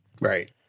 Right